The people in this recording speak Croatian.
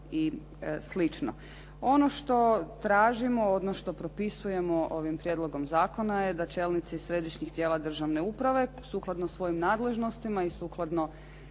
i slično. Ono što tražimo, ono što propisujemo ovim prijedlogom zakona je da čelnici središnjih tijela državne uprave sukladno svojim nadležnostima i sukladno